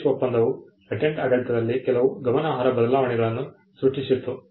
PARIS ಒಪ್ಪಂದವು patent ಆಡಳಿತದಲ್ಲಿ ಕೆಲವು ಗಮನಾರ್ಹ ಬದಲಾವಣೆಗಳನ್ನು ಸೃಷ್ಟಿಸಿತು